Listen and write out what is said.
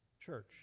Church